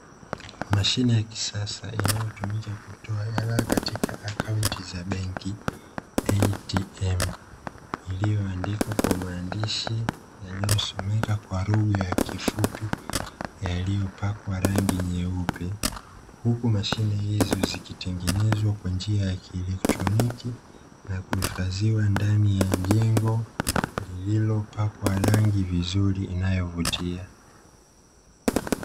Mashine ya kisasa inayotumika kutoa hela katika akaunti za benki "ATM", iliyoandikwa kwa maandishi yanayosomeka kwa lugha ya kifupi yaliyopakwa rangi nyeupe, huku mashine hizi zikitengenezwa kwa njia ya kieletroniki na kuhifadhiwa ndani ya jengo lililopakwa rangi vizuri inayovutia.